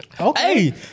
Okay